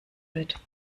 wird